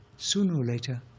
sooner or later,